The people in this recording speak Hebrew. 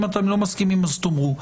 אם אתם לא מסכימים אז תאמרו.